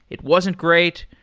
it wasn't great.